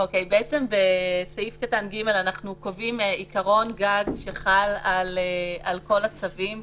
בסעיף קטן (ג) אנחנו קובעים עיקרון-גג שחל על כל הצווים,